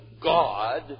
God